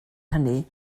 hynny